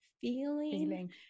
feeling